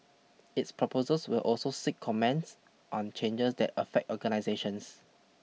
it's proposals will also seek comments on changes that affect organisations